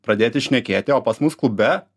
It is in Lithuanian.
pradėti šnekėti o pas mus klube